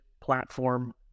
platform